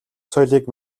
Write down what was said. соёлыг